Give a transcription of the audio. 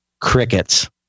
Crickets